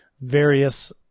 various